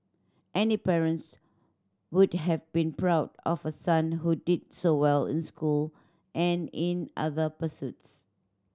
any parents would have been proud of a son who did so well in school and in other pursuits